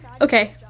Okay